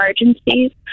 emergencies